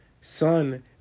son